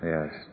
Yes